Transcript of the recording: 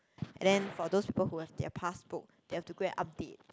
and then for those people who have their Passbook they have to go and update